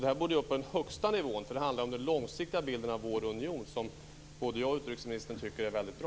Det här borde tas upp på den högsta nivån, för det handlar om den långsiktiga bilden av vår union, som både jag och utrikesministern tycker är väldigt bra.